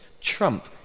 Trump